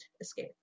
escape